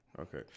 Okay